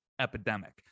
epidemic